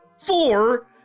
four